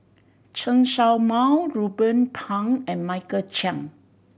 Chen Show Mao Ruben Pang and Michael Chiang